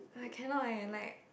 cannot leh like